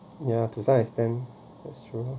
yeah to some extent that's true